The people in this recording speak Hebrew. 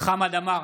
חמד עמאר,